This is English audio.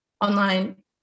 online